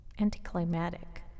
anticlimactic